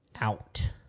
out